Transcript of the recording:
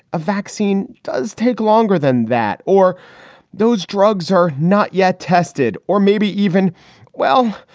a vaccine does take longer than that. or those drugs are not yet tested. or maybe even well,